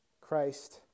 Christ